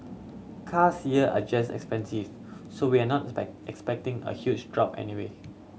cars here are just expensive so we are not expecting a huge drop anyway